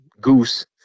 Goose